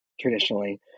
traditionally